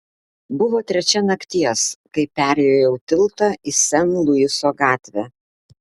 buvo trečia nakties kai perjojau tiltą į sen luiso gatvę